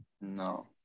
No